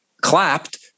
clapped